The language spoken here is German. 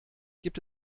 gibt